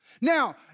Now